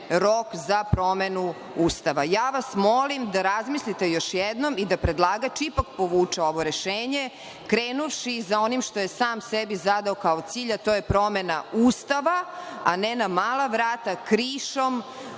rok za promenu Ustava. Ja vas molim da razmislite još jednom i da predlagač ipak podvuče ovo rešenje, krenuvši za onim što je sam sebi zadao kao cilj, a to je promena Ustava, a ne na mala vrata, krišom